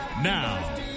Now